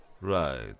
Right